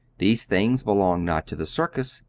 these things belong not to the circus,